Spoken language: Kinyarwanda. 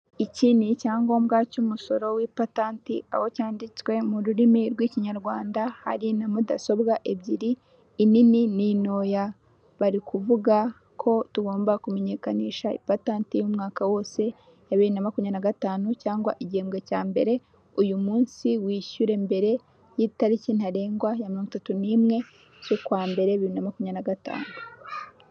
Iki ni icyangombwa cy'umusoro w'ipantati aho cyanditswe mu rurimi rw'ikinyarwanda hari na mudasobwa ebyiri inini n'intoya bari kuvuga ko tugomba kumenyekanisha ipantati y'umwaka wose ya bibiri na makumyabiri na gatanu cyangwa igihembe cya mbere, uyu munsi wishyure mbere y'italiki ntarengwa ya mirongo itatu n'imwe z'ukwa mbere, bibiri na makumyabiri na gatanu.